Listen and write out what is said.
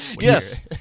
yes